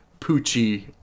poochie